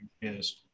Yes